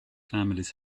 families